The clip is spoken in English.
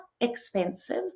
expensive